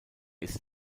ist